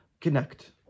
connect